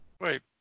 Wait